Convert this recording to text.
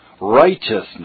righteousness